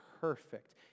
Perfect